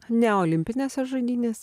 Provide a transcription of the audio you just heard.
ne olimpinėse žaidynės